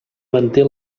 manté